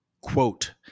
quote